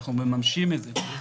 אנחנו מממשים את זה.